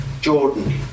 Jordan